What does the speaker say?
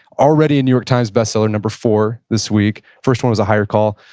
already a new york times best seller. number four this week. first one was a higher call.